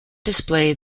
display